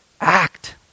act